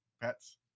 pets